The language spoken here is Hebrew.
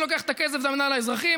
מי שלוקח את הכסף זה המינהל האזרחי,